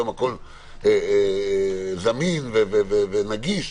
זמין ונגיש,